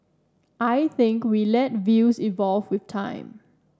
I think we let views evolve with time